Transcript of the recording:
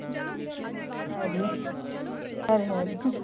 खरी खरी खरी